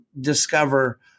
discover